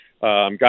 guys